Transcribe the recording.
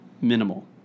minimal